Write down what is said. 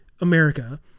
America